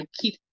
keep